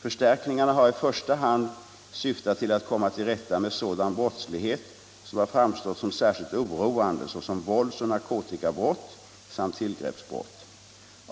Förstärkningarna har i första hand syftat till att komma till rätta med sådan brottslighet som har framstått som särskilt oroande, såsom våldsoch narkotikabrott samt tillgreppsbrott.